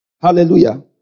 Hallelujah